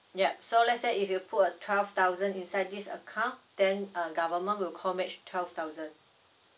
yup so let's say if you put uh twelve thousand inside this account then uh government will co match twelve thousand